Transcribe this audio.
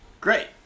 great